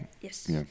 Yes